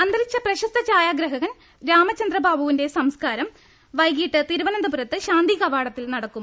അന്തരിച്ച പ്രശസ്ത ഛായാഗ്രാഹകൻ രാമചന്ദ്ര ബാബുവിന്റെ സംസ്കാരം വൈകിട്ട് തിരുവനന്തപുരം ശാന്തികവാടത്തിൽ നടക്കും